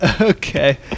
okay